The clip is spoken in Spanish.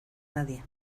nadie